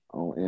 on